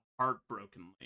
heartbrokenly